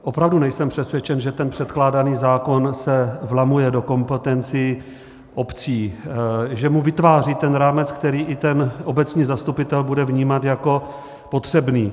Opravdu nejsem přesvědčen, že předkládaný zákon se vlamuje do kompetencí obcí, že mu vytváří rámec, který i ten obecní zastupitel bude vnímat jako potřebný.